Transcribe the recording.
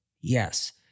yes